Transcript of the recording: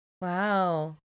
Wow